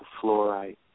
fluorite